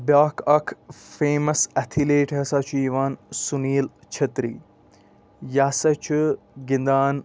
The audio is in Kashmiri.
بیٛاکھ اَکھ فیمَس اٮ۪تھلیٖٹ ہَسا چھُ یِوان سُنیٖل چھٔتری یہِ ہَسا چھُ گِنٛدان